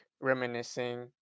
reminiscing